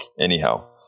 anyhow